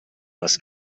les